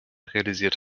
realisiert